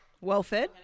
Well-fed